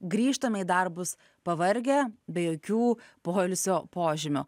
grįžtame į darbus pavargę be jokių poilsio požymių